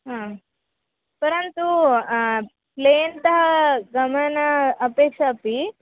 हा परन्तु प्लेन् तः गमनापेक्षा अपि